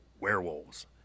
werewolves